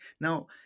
Now